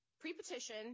Pre-petition